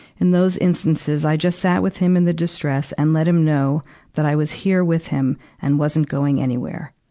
in those instances, i just sat with him in the distress and let him know that i was here with him and wasn't going anywhere.